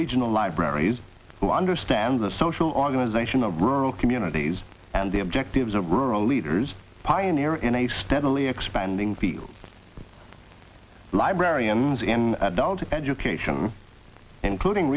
regional libraries who understand the social organization of rural communities and the objectives of rural leaders pioneer in a steadily expanding field librarians and adult education including